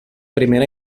primera